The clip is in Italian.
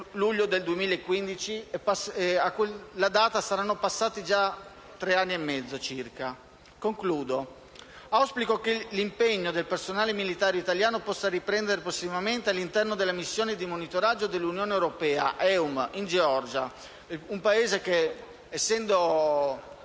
l'impegno del personale militare italiano possa riprendere prossimamente all'interno della missione di monitoraggio dell'Unione europea EUMM in Georgia, un Paese che, essendo